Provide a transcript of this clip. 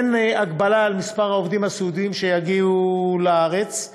אין הגבלה על מספר העובדים הסיעודיים שיגיעו לארץ,